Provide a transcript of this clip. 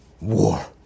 war